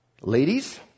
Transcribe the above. Ladies